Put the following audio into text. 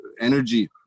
energy